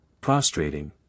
prostrating